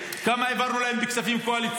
כמה העברנו להם כל שנה מהכספים הקואליציוניים,